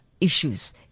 issues